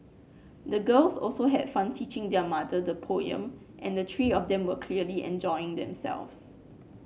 the girls also had fun teaching their mother the poem and the three of them were clearly enjoying themselves